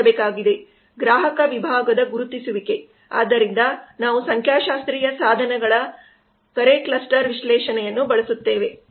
ಗ್ರಾಹಕ ವಿಭಾಗದ ಗುರುತಿಸುವಿಕೆ ಆದ್ದರಿಂದ ನಾವು ಸಂಖ್ಯಾಶಾಸ್ತ್ರೀಯ ಸಾಧನ ಕರೆ ಕ್ಲಸ್ಟರ್ ವಿಶ್ಲೇಷಣೆಯನ್ನು ಬಳಸುತ್ತೇವೆ